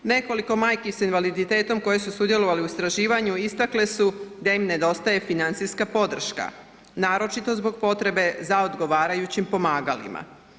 Nekoliko majki s invaliditetom koje su sudjelovali u istraživanju istakli su da im nedostaje financijska podrška, naročito zbog potrebe za odgovarajućim pomagalima.